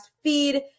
feed